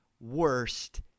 worst